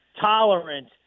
tolerant